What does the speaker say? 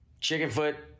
Chickenfoot